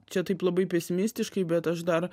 čia taip labai pesimistiškai bet aš dar